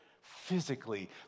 physically